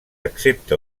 excepte